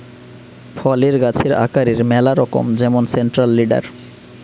ফলের গাছের আকারের ম্যালা রকম যেমন সেন্ট্রাল লিডার